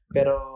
Pero